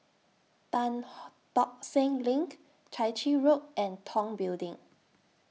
Tan Ho Tock Seng LINK Chai Chee Road and Tong Building